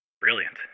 Brilliant